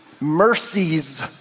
Mercies